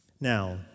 Now